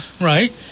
Right